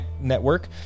network